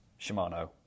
Shimano